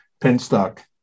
penstock